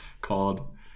called